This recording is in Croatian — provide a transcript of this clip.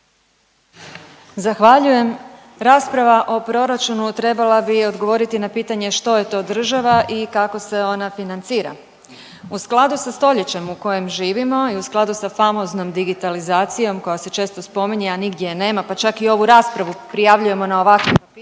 Zahvaljujem. Rasprava o proračunu trebala bi odgovoriti na pitanje što je to država i kako se ona financira. U skladu sa stoljećem u kojem živimo i u skladu sa famoznom digitalizacijom koja se često spominje, a nigdje je nema pa čak i ovu raspravu prijavljujemo na ovakvim